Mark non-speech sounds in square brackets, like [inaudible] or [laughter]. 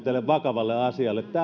[unintelligible] tälle vakavalle asialle